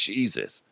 Jesus